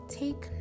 take